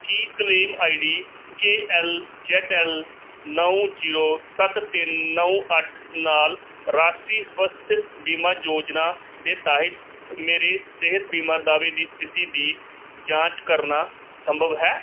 Ki claim I D K L Z L ਨੌ zero ਸੱਤ ਤਿੰਨ ਨੌ ਅੱਠ ਨਾਲ ਰਾਸ਼ਟਰੀ ਸਵਾਸਥਯ ਬੀਮਾ ਯੋਜਨਾ ਦੇ ਤਹਿਤ ਮੇਰੇ ਸਿਹਤ ਬੀਮਾ ਦਾਅਵੇ ਦੀ ਸਥਿਤੀ ਦੀ ਜਾਂਚ ਕਰਨਾ ਸੰਭਵ ਹੈ